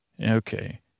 Okay